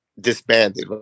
disbanded